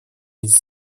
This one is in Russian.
эти